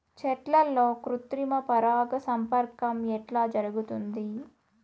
చెట్లల్లో కృత్రిమ పరాగ సంపర్కం ఎట్లా జరుగుతుంది?